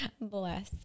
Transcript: Bless